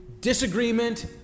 disagreement